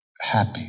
happy